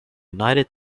united